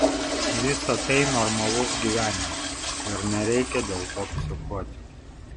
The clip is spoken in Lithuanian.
visa tai normalus gyvenimas ir nereikia dėl to psichuoti